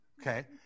Okay